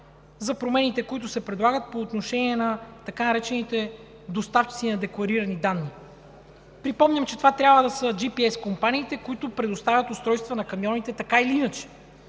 за промените, които се предлагат по отношение на така наречените доставчици на декларирани данни. Припомням, че това трябва да се GPS компаниите, които така или иначе предоставят устройства на камионите. Досега